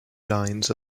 lines